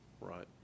Right